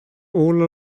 all